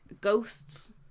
Ghosts